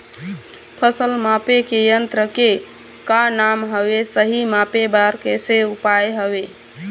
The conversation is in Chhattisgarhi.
फसल मापे के यन्त्र के का नाम हवे, सही मापे बार कैसे उपाय हवे?